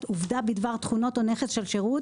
עובדה בדבר תכונות או נכס של שירות